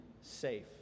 safe